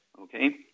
Okay